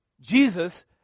Jesus